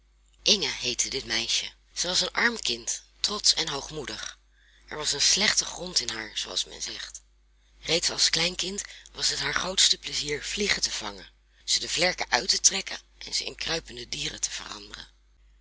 inge heette dit meisje zij was een arm kind trotsch en hoogmoedig er was een slechte grond in haar zooals men zegt reeds als klein kind was het haar grootste plezier vliegen te vangen ze de vlerken uit te trekken en ze in kruipende dieren te veranderen